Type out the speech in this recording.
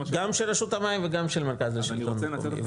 גם של רשות המים וגם של המרכז לשלטון מקומי.